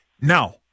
Now